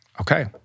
okay